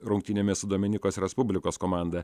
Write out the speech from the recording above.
rungtynėmis su dominikos respublikos komanda